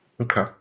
Okay